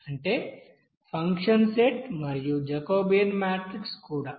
అంటే function set మరియు Jacobian matrix కూడా